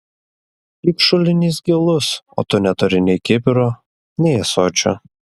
juk šulinys gilus o tu neturi nei kibiro nei ąsočio